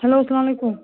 hello سلام علیکُم